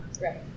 Right